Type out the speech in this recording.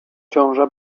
ciąża